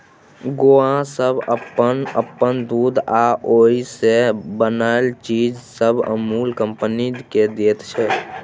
गौआँ सब अप्पन अप्पन दूध आ ओइ से बनल चीज सब अमूल कंपनी केँ दैत छै